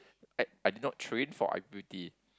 I I did not train for i_p_p_t